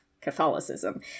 Catholicism